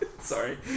Sorry